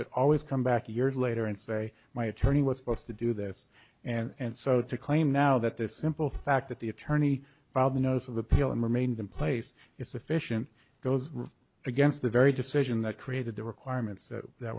could always come back years later and say my attorney was forced to do this and so to claim now that this simple fact that the attorney filed a notice of appeal and remains in place is sufficient goes against the very decision that created the requirements that